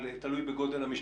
תלוי בגודל המשפחה.